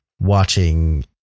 watching